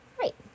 Right